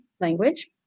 language